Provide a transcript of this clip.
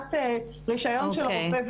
והתליית רישיון של הרופא.